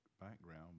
background